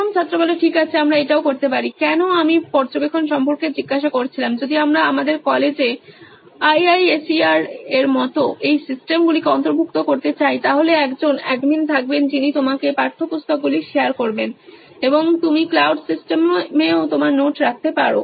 প্রথম ছাত্র ঠিক আছে আমরা এটাও করতে পারি কেন আমি পর্যবেক্ষণ সম্পর্কে জিজ্ঞাসা করছিলাম যদি আমরা আমাদের কলেজে আইআইএসইআর এর মতো এই সিস্টেমগুলিকে অন্তর্ভুক্ত করতে চাই তাহলে একজন অ্যাডমিন থাকবেন যিনি তোমাকে পাঠ্যপুস্তকগুলি শেয়ার করবেন এবং তুমি ক্লাউড সিস্টেমও তোমার নোট রাখতে পারো